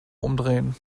umdrehen